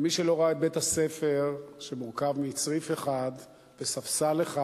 מי שלא ראה את בית-הספר שמורכב מצריף אחד וספסל אחד,